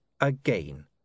Again